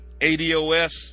ADOS